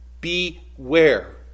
Beware